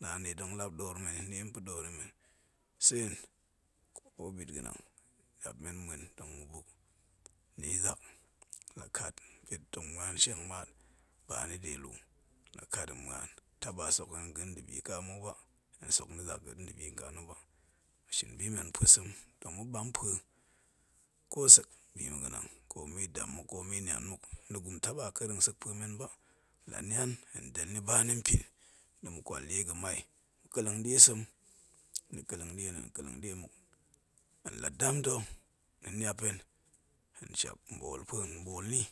Den lap door men i sen, ko bit ga̱ nang jap men muen tong ga̱ buk ma̱ de zak, la̱ kat pet hen muan nshang maar bani deluu la kat muan taba sok hen ga̱ nda̱bi muk ba, hen zak hensok ni ga̱nda̱bi na̱ ba, ma shin bi men pue sem ma ham pue ko sek bi ma̱ ga̱ nang, komin dam muk, komin nian muk, nda̱ gurum taba keleng sek pue men ba la nian hen del ni bani npin da̱ ma̱ kwal-kwal die ga̱mai ma̱ keleng diesem, ni keleng die na̱ hen keleng die muk, hen la̱ dam ta̱ ni niap hen, hen bolni,